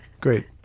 great